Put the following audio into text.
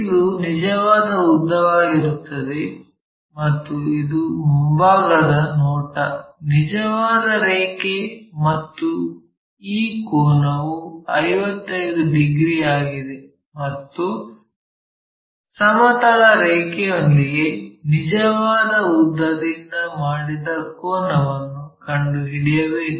ಇದು ನಿಜವಾದ ಉದ್ದವಾಗಿರುತ್ತದೆ ಮತ್ತು ಇದು ಮುಂಭಾಗದ ನೋಟ ನಿಜವಾದ ರೇಖೆ ಮತ್ತು ಈ ಕೋನವು 55 ಡಿಗ್ರಿ ಆಗಿದೆ ಮತ್ತು ಸಮತಲ ರೇಖೆಯೊಂದಿಗೆ ನಿಜವಾದ ಉದ್ದದಿಂದ ಮಾಡಿದ ಕೋನವನ್ನು ಕಂಡುಹಿಡಿಯಬೇಕು